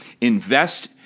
invest